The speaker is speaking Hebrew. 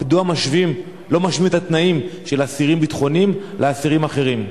מדוע לא משווים את התנאים של אסירים ביטחוניים לאסירים אחרים?